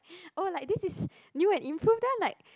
oh like this is new and improved then I like